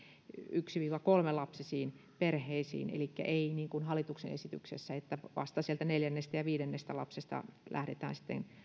yksi kolmelapsisiin perheisiin elikkä ei niin kuin hallituksen esityksessä että vasta sieltä neljännestä ja viidennestä lapsesta lähdetään